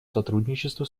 сотрудничеству